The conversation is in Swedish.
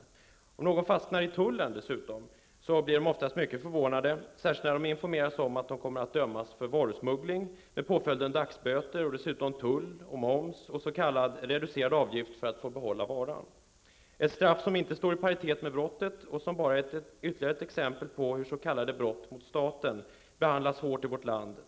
Om dessutom någon fastnar i tullen, blir vederbörande ofta mycket förvånad, särskilt när besked lämnas om att han eller hon kommer att dömas för varusmuggling, med påföljden dagsböter, och dessutom kommer att påföras moms och en s.k. reducerad avgift för att få behålla varan. Det är ett straff som inte står i paritet med brottet och som bara är ytterligare ett exempel på hur den som begår s.k. brott mot staten behandlas hårt i vårt land.